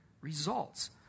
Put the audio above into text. results